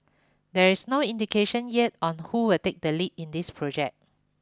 there is no indication yet on who will take the lead in this project